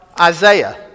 Isaiah